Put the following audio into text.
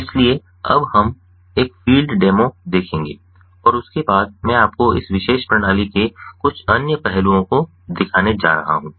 इसलिए अब हम एक फ़ील्ड डेमो देखेंगे और उसके बाद मैं आपको इस विशेष प्रणाली के कुछ अन्य पहलुओं को दिखाने जा रहा हूँ